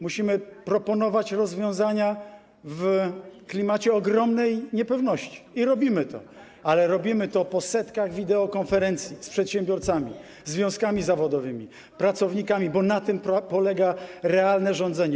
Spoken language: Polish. Musimy proponować rozwiązania w klimacie ogromnej niepewności i robimy to, ale robimy to po setkach wideokonferencji z przedsiębiorcami, związkami zawodowymi, pracownikami, bo na tym polega realne rządzenie.